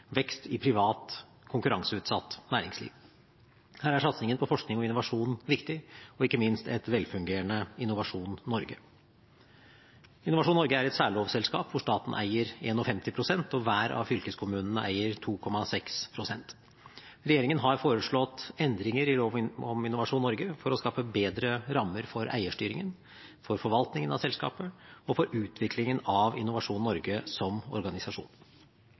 vekst i privat, konkurranseutsatt næringsliv. Her er satsingen på forskning og innovasjon viktig – ikke minst et velfungerende Innovasjon Norge. Innovasjon Norge er et særlovselskap hvor staten eier 51 pst. og hver av fylkeskommunene eier 2,6 pst. Regjeringen har foreslått endringer i lov om Innovasjon Norge for å skape bedre rammer for eierstyringen, for forvaltningen av selskapet og for utviklingen av Innovasjon Norge som organisasjon.